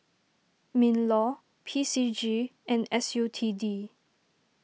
MinLaw P C G and S U T D